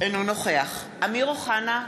אינו נוכח אמיר אוחנה,